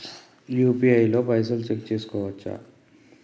UPI తో పైసల్ check చేసుకోవచ్చా?